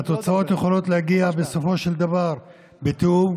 והתוצאות יכולות להגיע בסופו של דבר בתיאום,